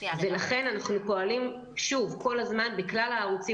לכן אנחנו פועלים כל הזמן בכלל הערוצים